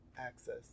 access